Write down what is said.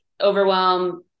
overwhelm